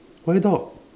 why dog